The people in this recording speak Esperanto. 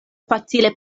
facile